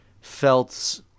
felt